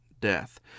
death